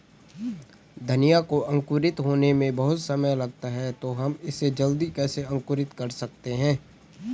धनिया को अंकुरित होने में बहुत समय लगता है तो हम इसे जल्दी कैसे अंकुरित कर सकते हैं?